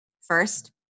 First